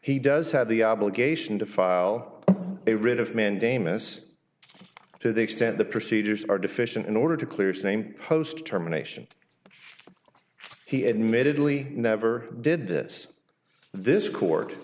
he does have the obligation to file a writ of mandamus to the extent the procedures are deficient in order to clear same post terminations he admittedly never did this this court